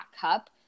cup